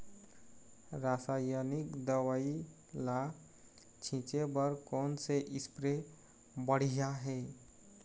रासायनिक दवई ला छिचे बर कोन से स्प्रे बढ़िया हे?